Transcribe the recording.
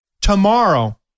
tomorrow